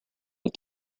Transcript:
but